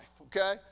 okay